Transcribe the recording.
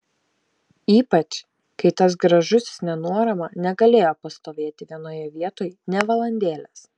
ypač kai tas gražusis nenuorama negalėjo pastovėti vienoje vietoj nė valandėlės